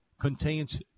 contains